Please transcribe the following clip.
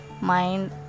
mind